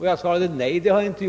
Jag svarade att jag inte har gjort det.